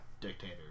dictator